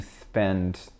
spend